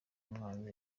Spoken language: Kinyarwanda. muhanzi